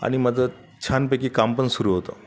आणि माझं छानपैकी काम पण सुरू होतं